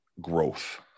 growth